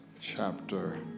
chapter